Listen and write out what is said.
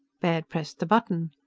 baird pressed the button.